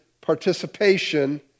participation